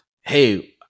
hey